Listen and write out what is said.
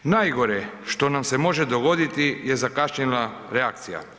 Najgore što nam se može dogoditi je zakašnjela reakcija.